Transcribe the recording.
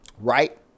Right